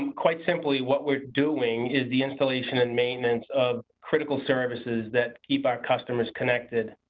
um quite simply what we're doing is the installation and maintenance of critical services, that keep our customers connected.